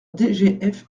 dgf